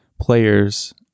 players